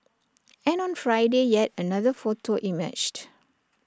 and on Friday yet another photo emerged